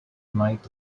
might